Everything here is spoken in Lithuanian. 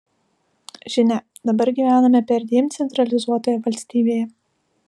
žinia dabar gyvename perdėm centralizuotoje valstybėje